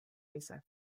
mise